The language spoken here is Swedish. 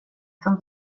som